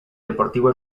deportivo